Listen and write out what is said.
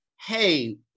hey